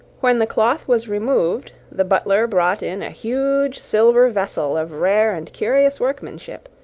when the cloth was removed, the butler brought in a huge silver vessel of rare and curious workmanship,